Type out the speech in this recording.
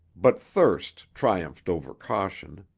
but thirst triumphed over caution.